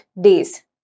days